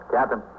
Captain